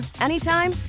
anytime